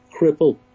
cripple